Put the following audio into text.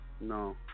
No